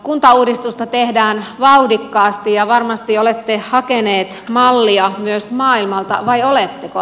kuntauudistusta tehdään vauhdikkaasti ja varmasti olette hakeneet mallia myös maailmalta vai oletteko